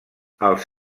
els